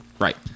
Right